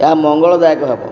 ଏହା ମଙ୍ଗଳଦାୟକ ହେବ